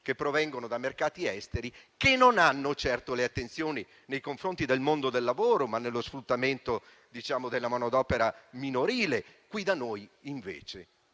provenienti da mercati esteri che non prestano di certo attenzione nei confronti del mondo del lavoro o dello sfruttamento della manodopera minorile. Da noi, invece,